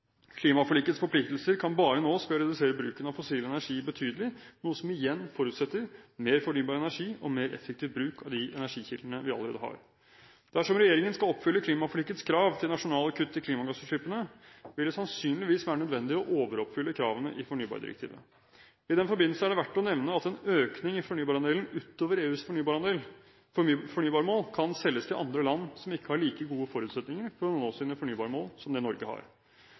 Klimaforlikets forpliktelser kan bare nås ved å redusere bruken av fossil energi betydelig, noe som igjen forutsetter mer fornybar energi og mer effektiv bruk av de energikildene vi allerede har. Dersom regjeringen skal oppfylle klimaforlikets krav til nasjonale kutt i klimagassutslippene, vil det sannsynligvis være nødvendig å overoppfylle kravene i fornybardirektivet. I den forbindelse er det verdt å nevne at en økning i fornybarandelen utover EUs fornybarmål kan selges til andre land som ikke har like gode forutsetninger for å nå sine fornybarmål som det Norge har.